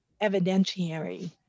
evidentiary